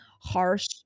harsh